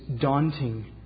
daunting